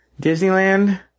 Disneyland